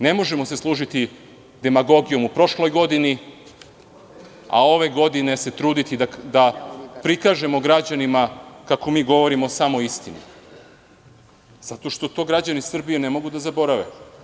Ne možemo se služiti demagogijom u prošloj godini, a ove godine se truditi da prikažemo građanima kako mi govorimo samo istinu, zato što to građani Srbije ne mogu da zaborave.